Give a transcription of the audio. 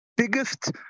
Biggest